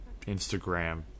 Instagram